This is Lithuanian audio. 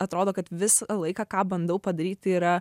atrodo kad visą laiką ką bandau padaryt tai yra